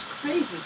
Crazy